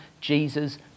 Jesus